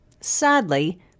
Sadly